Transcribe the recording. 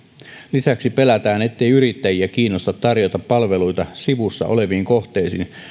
lisäksi pelätään ettei yrittäjiä kiinnosta tarjota palveluita sivussa oleviin kohteisiin